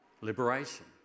liberation